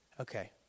Okay